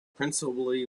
principally